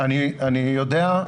אני יודע.